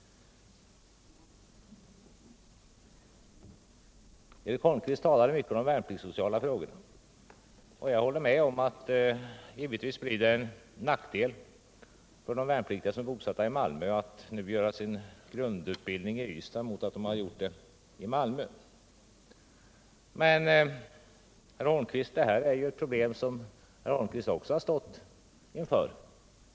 Eric Holmqvist talar mycket om de värnpliktssociala frågorna. Jag håller med om att det givetvis blir en nackdel för de värnpliktiga som är bosatta i Malmö att nu göra sin grundutbildning i Ystad i stället för i Malmö. Men detta är ju ett problem som herr Holmqvist också har stått inför.